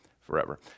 forever